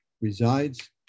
resides